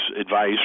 advice